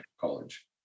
college